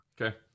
Okay